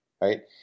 right